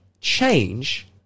change